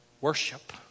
worship